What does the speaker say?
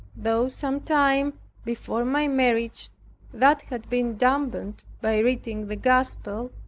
though some time before my marriage that had been dampened by reading the gospel,